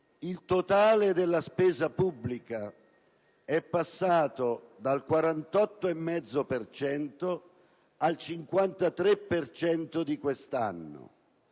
Il totale della spesa pubblica è passato dal 48,5 al 53 per cento di quest'anno: